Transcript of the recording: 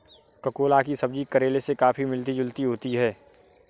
ककोला की सब्जी करेले से काफी मिलती जुलती होती है